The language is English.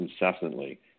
Incessantly